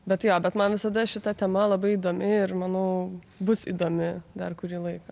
bet jo bet man visada šita tema labai įdomi ir manau bus įdomi dar kurį laiką